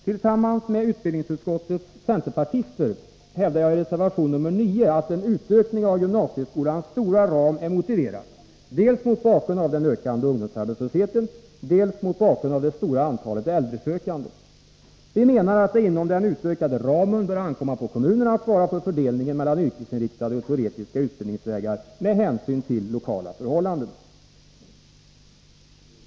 Tillsammans med utbildningsutskottets centerpartister hävdar jag i reservation nr 9 att en utökning av gymnasieskolans stora ram är motiverad dels mot bakgrund av den ökande ungdomsarbetslösheten, dels mot bakgrund av det stora antalet äldresökande. Vi menar att det inom den utökade ramen bör det ankomma på kommunen att svara för fördelningen mellan yrkesinriktade och teoretiska utbildningsvägar med hänsyn till lokala förhållanden.